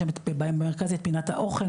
יש שם במרכז את פינת האוכל,